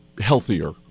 healthier